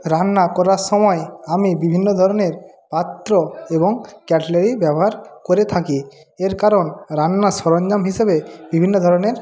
রান্না করার সময় আমি বিভিন্ন ধরণের পাত্র এবং কাটলেরি ব্যবহার করে থাকি এর কারণ রান্নার সরঞ্জাম হিসেবে বিভিন্ন ধরণের